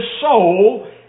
soul